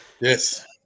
Yes